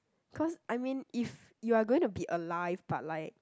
cause I mean if you are going to be alive but like